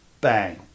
bang